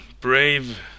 brave